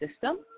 system